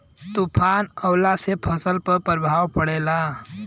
कइसे पता चली की तूफान आवा वाला बा?